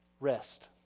Rest